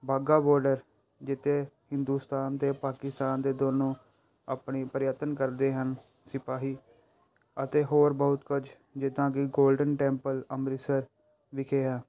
Wagah border ਜਿੱਥੇ ਹਿੰਦੁਸਤਾਨ ਅਤੇ ਪਾਕਿਸਤਾਨ ਦੇ ਦੋਨੋਂ ਆਪਣੀ ਪ੍ਰਯਤਨ ਕਰਦੇ ਹਨ ਸਿਪਾਹੀ ਅਤੇ ਹੋਰ ਬਹੁਤ ਕੁਝ ਜਿੱਦਾਂ ਕਿ ਗੋਲਡਨ ਟੈਂਪਲ ਅੰਮ੍ਰਿਤਸਰ ਵਿਖੇ ਆ